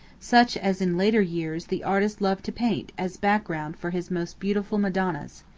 such as in later years the artist loved to paint as background for his most beautiful madonnas.